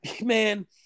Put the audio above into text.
man